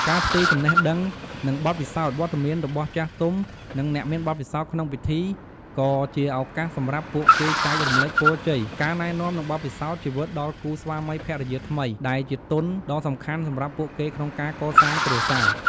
ការផ្ទេរចំណេះដឹង និងបទពិសោធន៍ វត្តមានរបស់ចាស់ទុំ និងអ្នកមានបទពិសោធន៍ក្នុងពិធី ក៏ជាឱកាសសម្រាប់ពួកគេចែករំលែកពរជ័យ ការណែនាំ និងបទពិសោធន៍ជីវិតដល់គូស្វាមីភរិយាថ្មី ដែលជាទុនដ៏សំខាន់សម្រាប់ពួកគេក្នុងការកសាងគ្រួសារ។